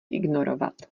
ignorovat